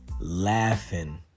laughing